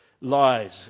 lies